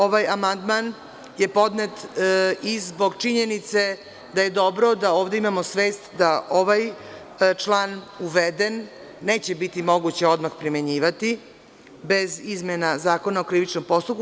Ovaj amandman je podnet i zbog činjenice da je dobro da ovde imamo svest da ovaj član uveden neće biti moguće odmah primenjivati bez izmena Zakona o krivičnom postupku.